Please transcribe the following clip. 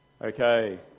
Okay